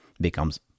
becomes